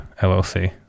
LLC